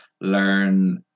learn